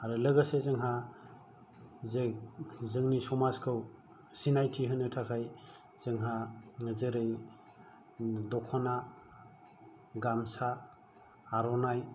आरो लोगोसे जोंहा जे जोंनि समाजखौ सिनायथि होनो थाखाय जोंहा जेरै दख'ना गामसा आर'नाइ